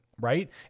right